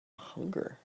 hunger